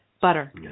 butter